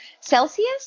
Celsius